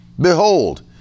behold